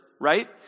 right